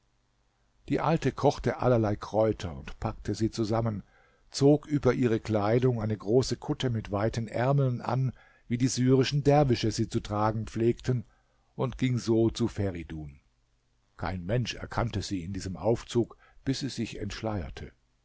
die alte kochte allerlei kräuter und packte sie zusammen zog über ihre kleider eine große kutte mit weiten ärmeln an wie die syrischen derwische sie zu tragen pflegten und ging so zu feridun kein mensch erkannte sie in diesem aufzug bis sie sich